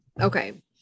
okay